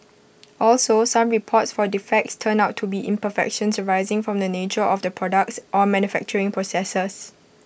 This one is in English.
also some reports for defects turned out to be imperfections arising from the nature of the products or manufacturing processes